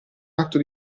atto